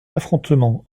affrontement